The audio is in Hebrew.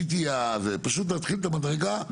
פשוט להתחיל את המדרגה.